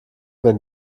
wenn